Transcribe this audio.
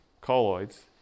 colloids